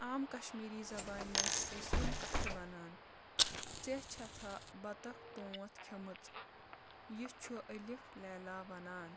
عام کشمیٖری زبانہِ منٛز چھِ أسۍ یِم کَتھٕ وَنان ژےٚ چھتھا بَتخ تونٛتھ کھیٚمٕژ یہِ چھُ الِف لیلا وَنان